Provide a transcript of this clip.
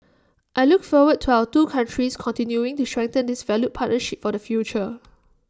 I look forward to our two countries continuing to strengthen this valued partnership for the future